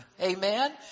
Amen